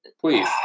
Please